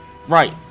Right